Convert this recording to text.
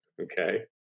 Okay